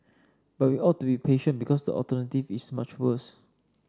but we ought to be patient because the alternative is much worse